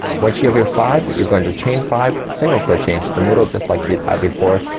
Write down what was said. once you have your five, you're going to chain five, single crochet into the middle, just like you'd had before.